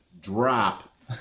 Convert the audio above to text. drop